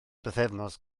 bythefnos